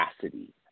capacity